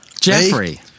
jeffrey